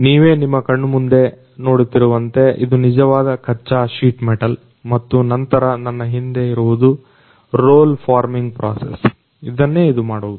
ನೀವೇ ನಿಮ್ಮ ಕಣ್ಮುಂದೆ ನೋಡುತ್ತಿರುವಂತೆ ಇದು ನಿಜವಾದ ಕಚ್ಚಾ ಶೀಟ್ ಮೆಟಲ್ ಮತ್ತು ನಂತರ ನನ್ನ ಹಿಂದೆ ಇರುವುದು ರೋಲ್ ಫಾರ್ಮಿಂಗ್ ಪ್ರೋಸಸ್ ಅದನ್ನೇ ಇದು ಮಾಡುವುದು